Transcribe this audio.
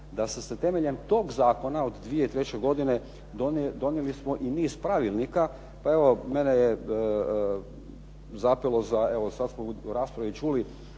da ste se temeljem tog zakona od 2003. godine donijeli smo i niz pravilnika. Pa evo mene je zapelo za, evo sad smo u raspravi čuli